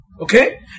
Okay